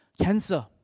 cancer